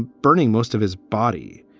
burning most of his body.